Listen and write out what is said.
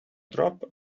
drop